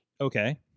Okay